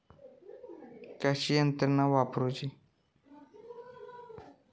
यंत्रा कशी वापरूची?